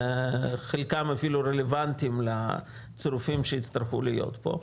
חלקם אפילו רלוונטיים לצירופים שיצטרכו להיות פה.